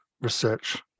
research